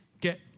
get